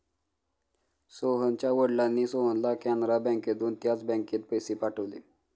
सोहनच्या वडिलांनी सोहनला कॅनरा बँकेतून त्याच बँकेत पैसे पाठवले